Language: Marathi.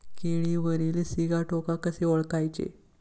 केळीवरील सिगाटोका कसे ओळखायचे?